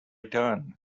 done